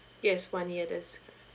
yes one year this